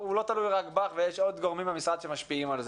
הוא לא תלוי רק בך אלא יש עוד גורמים במשרד שמשפיעים על זה.